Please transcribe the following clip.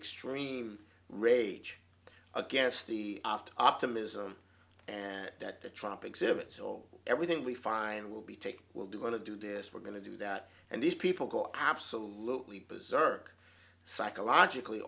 extreme rage against the optimism and that the trump exhibits all everything we find will be taken will do want to do this we're going to do that and these people go absolutely preserve psychologically